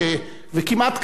וכמעט קמה,